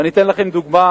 ואני אתן לכם דוגמה